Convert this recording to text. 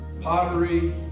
Pottery